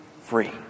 free